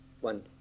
one